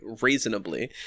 reasonably